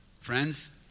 Friends